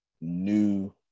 new